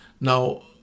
Now